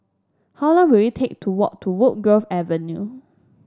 how long will it take to walk to Woodgrove Avenue